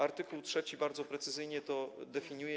Art. 3 bardzo precyzyjnie to definiuje.